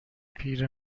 پیر